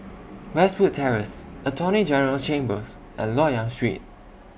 Westwood Terrace Attorney General's Chambers and Loyang Street